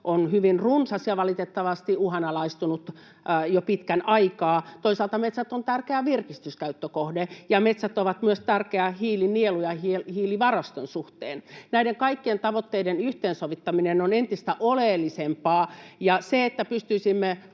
on hyvin runsas ja valitettavasti uhanalaistunut jo pitkän aikaa. Toisaalta metsät ovat tärkeä virkistyskäyttökohde, ja metsät ovat myös tärkeitä hiilinielun ja hiilivaraston suhteen. Näiden kaikkien tavoitteiden yhteensovittaminen on entistä oleellisempaa, ja se, että pystyisimme